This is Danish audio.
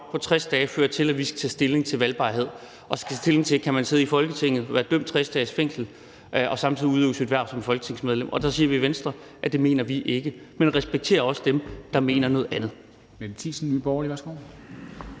på 60 dages fængsel fører til, at vi skal tage stilling til valgbarhed og til, om man kan sidde i Folketinget, når man er idømt 60-dages fængsel, og udøve sit hverv som folketingsmedlem. Der siger vi i Venstre, at det mener vi ikke, men respekterer også dem, der mener noget andet.